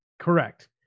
Correct